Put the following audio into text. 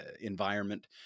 environment